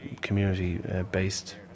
community-based